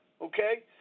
okay